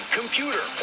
computer